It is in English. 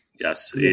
Yes